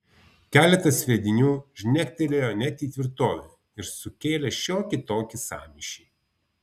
keletas sviedinių žnegtelėjo net į tvirtovę ir sukėlė šiokį tokį sąmyšį